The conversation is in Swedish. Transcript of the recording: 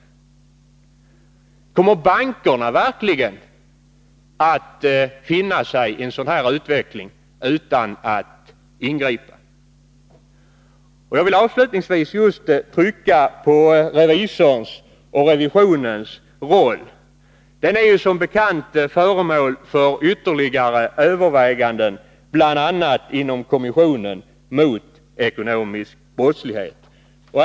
Och kommer bankerna verkligen att finna sig i en sådan utveckling utan att ingripa? Jag vill avslutningsvis trycka på just revisorns och revisionens roll. Den är som bekant föremål för ytterligare överväganden bl.a. inom kommissionen mot ekonomisk brottslighet.